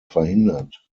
verhindert